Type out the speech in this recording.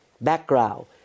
background